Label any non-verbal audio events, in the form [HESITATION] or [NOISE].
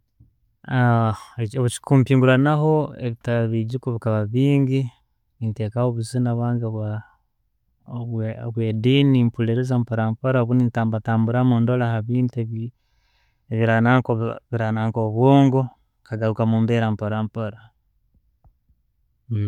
[HESITATION] Ekyokwimpinguranaho, bikaba bijuko bikaba bingi, nentekaho obuzina bwange bwa- obwediini nempuriza mpora mpora obundi ntamburatamburamu nendorae ha bintu ebira nanka obwongo nkagaruka mumbera mporampora.